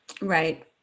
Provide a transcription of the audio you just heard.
Right